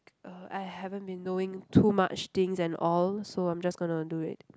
uh I haven't been doing too much things and all so I'm just gonna do it